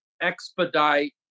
expedite